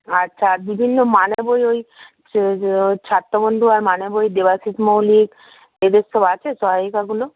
আচ্ছা আর বিভিন্ন মানে বই ওই ছাত্রবন্ধু আর মানে বই দেবাশীষ মৌলিক এদের সব আছে সহায়িকাগুলো